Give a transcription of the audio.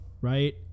right